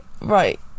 right